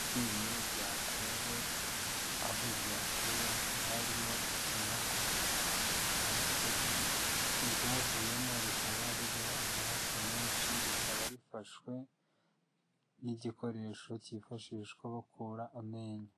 Iryinyo ryakuwe aho ryakuwe hakaba harimo ikinogo; iryavuyemo rikaba ririho amaraso menshi; rikaba rifashwe n'igikoresho cyifashishwa bakura amenyo.